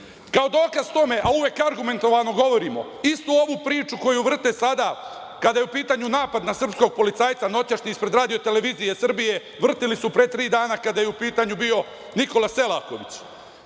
Kao dokaz tome, a uvek argumentovano govorimo, istu ovu priču koju vrte sada kada je u pitanju napad na srpskog policajca noćašnji ispred RTS vrteli su pre tri dana kada je pitanju bio Nikola Selaković.U